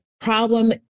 problem